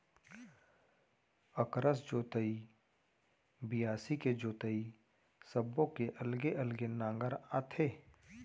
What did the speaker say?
अकरस जोतई, बियासी के जोतई सब्बो के अलगे अलगे नांगर आथे